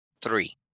three